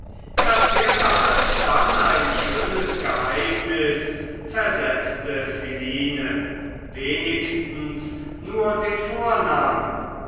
das wäre alsdann ein schönes geheimnis versetzte philine wenigstens nur den vornamen